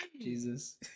Jesus